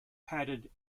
padded